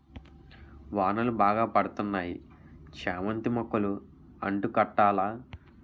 వానలు బాగా పడతన్నాయి చామంతి మొక్కలు అంటు కట్టాల